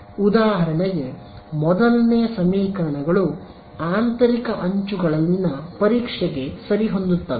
ಉದಾಹರಣೆಗೆ ಮೊದಲನೆಯ ಸಮೀಕರಣಗಳು ಆಂತರಿಕ ಅಂಚುಗಳಲ್ಲಿನ ಪರೀಕ್ಷೆಗೆ ಸರಿಹೊಂದುತ್ತವೆ